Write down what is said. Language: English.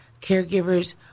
Caregivers